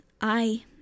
I-